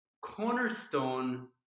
cornerstone